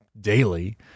daily